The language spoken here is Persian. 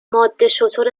مادهشتر